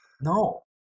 No